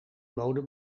mode